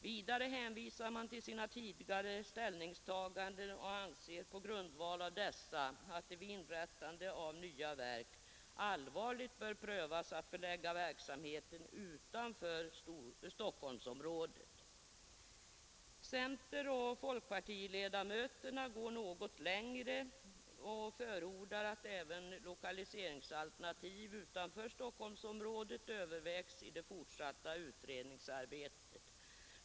Vidare hänvisar man till sina tidigare ställningstaganden och anser på grundval av dessa att det vid inrättande av nya verk allvarligt bör prövas 61 att förlägga verksamheten utanför Stockholmsområdet. Centeroch folkpartiledamöterna går något längre och förordar att även lokaliseringsalternativ utanför Stockholmsområdet övervägs i det fortsatta utredningsarbetet.